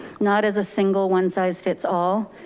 not as a single one size fits all,